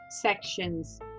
sections